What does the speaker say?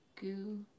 Goo